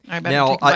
Now